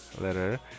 letter